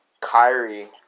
Kyrie